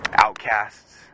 Outcasts